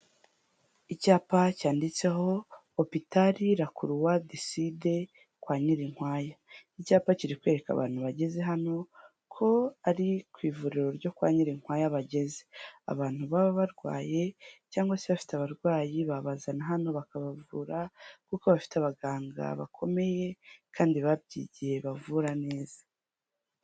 Icyapa cyanditseho Hopital, La croix du Sud kwa Nyirinkwaya, iki cyapa kiri kwereka abantu bageze hano ko ari ku ivuriro ryo kwa Nyirinkwaya bageze, abantu baba barwaye cyangwa se bafite abarwayi babazana hano bakabavura kuko bafite abaganga bakomeye kandi babyigiye bavura neza.